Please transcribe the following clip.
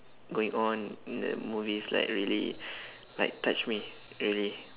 going on in the movies like really like touch me really